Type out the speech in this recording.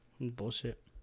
Bullshit